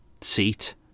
seat